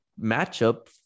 matchup